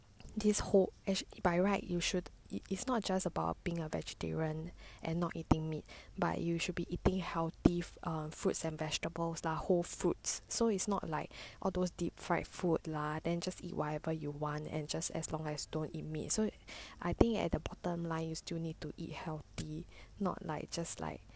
this whole actually by right you should is not just about being a vegetarian and not eating meat but you should be eating healthy err fruits and vegetables lah whole fruits so is not like all those deep fried food lah and just eat whatever you want and just as long as you don't eat meat so I think at the bottom line you still to eat healthy and not like just like